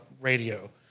radio